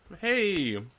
hey